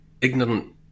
ignorant